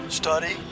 study